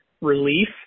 relief